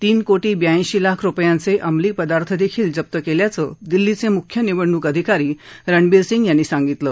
तीन कोटी ब्याऐंशी लाख रुपयांचे अंमली पदार्थ देखील जप्त केल्याचं दिल्लीचे मुख्य निवडणुक अधिकारी रणबीर सिंग यांनी सांगितलं